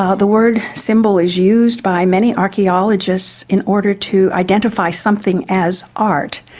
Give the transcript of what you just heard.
ah the word symbol is used by many archaeologists in order to identify something as art,